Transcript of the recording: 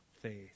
faith